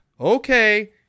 okay